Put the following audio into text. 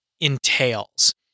entails